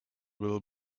will